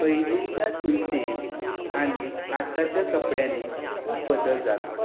पयलींच्या तुलनेत आनी आताच्या कपड्यांनी खूब बदल जाला